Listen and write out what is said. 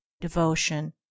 devotion